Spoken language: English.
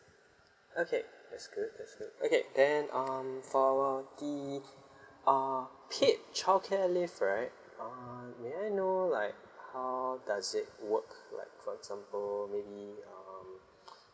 okay that's good that's good okay then um for the uh paid childcare leave right err may I know like how does it work like for example maybe um